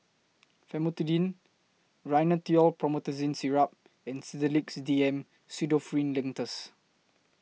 Famotidine Rhinathiol Promethazine Syrup and Sedilix D M Pseudoephrine Linctus